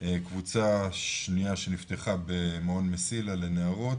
קבוצה שנייה שנפתחה במעון 'מסילה' לנערות